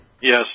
Yes